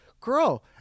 girl